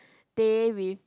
teh with